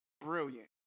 brilliant